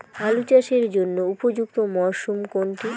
আলু চাষের জন্য উপযুক্ত মরশুম কোনটি?